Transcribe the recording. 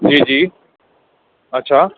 जी जी अच्छा